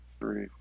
three